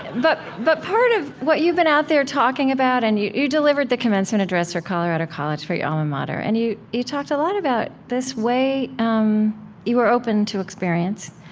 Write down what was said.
but but part of what you've been out there talking about and you you delivered the commencement address for colorado college, for your alma mater. and you you talked a lot about this way um you were open to experience,